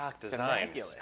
design